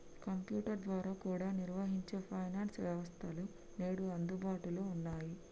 computer ద్వారా కూడా నిర్వహించే ఫైనాన్స్ వ్యవస్థలు నేడు అందుబాటులో ఉన్నయ్యి